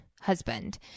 husband